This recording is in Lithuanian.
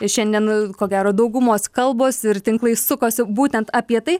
šiandien ko gero daugumos kalbos ir tinklai sukosi būtent apie tai